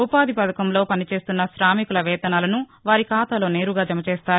ఉపాధి పథకంలో పనిచేస్తున్న కామికుల వేతనాలను వారి ఖాతాలో నేరుగా జమచేస్తారు